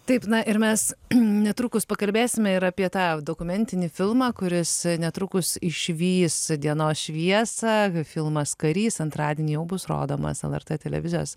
taip na ir mes netrukus pakalbėsime ir apie tą dokumentinį filmą kuris netrukus išvys dienos šviesą filmas karys antradienį jau bus rodomas lrt televizijos